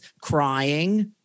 crying